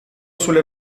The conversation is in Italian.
sulle